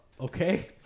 okay